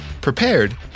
prepared